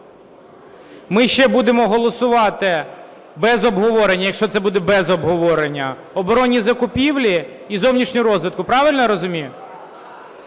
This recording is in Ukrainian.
Ми ще будемо голосувати без обговорення, якщо це буде без обговорення, оборонні закупівлі і зовнішню розвідку, правильно я розумію?